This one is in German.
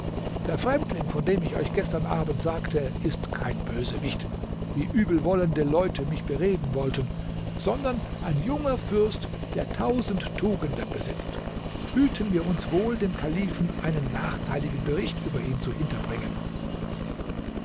der fremdling von dem ich euch gestern abend sagte ist kein bösewicht wie übelwollende leute mich bereden wollten sondern ein junger fürst der tausend tugenden besitzt hüten wir uns wohl dem kalifen einen nachteiligen bericht über ihn zu hinterbringen